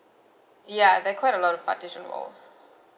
ya there's quite a lot of partition walls